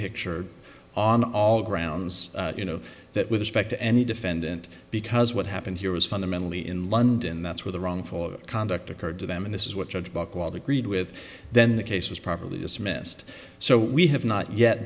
picture on all grounds you know that with a speck to any defendant because what happened here was fundamentally in london that's where the wrongful conduct occurred to them and this is what judge buckwild agreed with then the case was properly dismissed so we have not yet